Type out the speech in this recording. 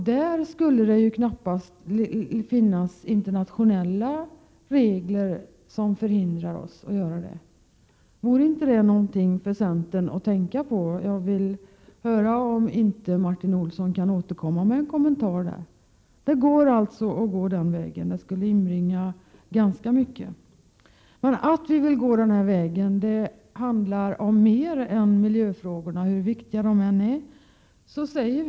Det finns knappast några internationella regler som förhindrar detta. Vore inte detta någonting för centern att tänka på? Jag undrar om Martin Olsson kan ge en kommentar. Att gå den vägen skulle inbringa ganska mycket pengar. När vi vill gå den här vägen handlar det om mer än miljöfrågor, hur viktiga de än är.